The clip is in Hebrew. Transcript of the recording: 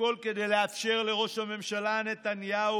הכול כדי לאפשר לראש הממשלה נתניהו